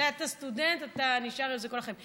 זהו, אתה סטודנט, אתה נשאר עם זה כל החיים.